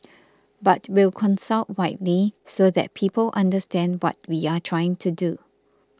but we'll consult widely so that people understand what we're trying to do